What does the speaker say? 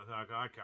okay